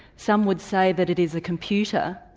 some would say that it is a computer.